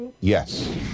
yes